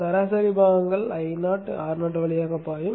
சராசரி பாகங்கள் Io Ro வழியாக பாயும்